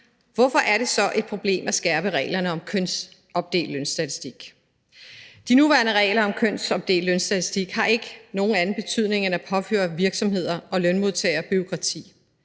Hvorfor er det så et problem at skærpe reglerne om kønsopdelt lønstatistik? De nuværende regler om kønsopdelt lønstatistik har ikke nogen anden betydning end at påføre virksomheder og lønmodtagere bureaukrati.